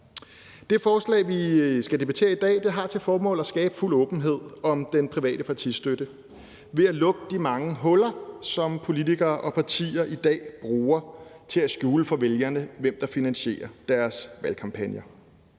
Det forslag, vi skal debattere i dag, har til formål at skabe fuld åbenhed om den private partistøtte ved at lukke de mange huller, som politikere og partier i dag bruger til at skjule for vælgerne, hvem der finansierer deres valgkampagner.